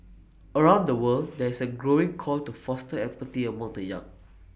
around the world there is A growing call to foster empathy among the young